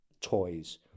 toys